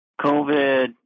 COVID